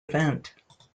event